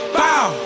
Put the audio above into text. bow